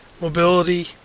mobility